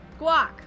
Guac